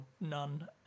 none